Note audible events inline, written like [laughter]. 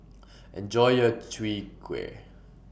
[noise] Enjoy your Chwee Kueh